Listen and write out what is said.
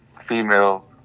female